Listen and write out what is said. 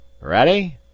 Ready